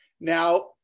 Now